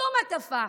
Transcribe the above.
שום הטפה.